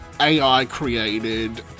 AI-created